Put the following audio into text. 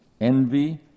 envy